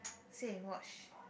say you watch